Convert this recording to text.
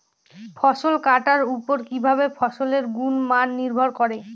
ফসল কাটার উপর কিভাবে ফসলের গুণমান নির্ভর করে?